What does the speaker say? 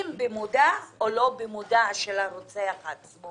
אם במודע או לא במודע מצד הרוצח עצמו